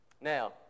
Now